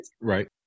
Right